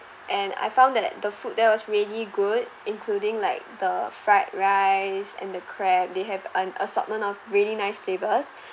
and I found that the food there was really good including like the fried rice and the crab they have an assortment of really nice flavors